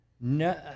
No